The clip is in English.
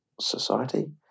Society